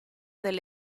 del